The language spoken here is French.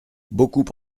beaucoup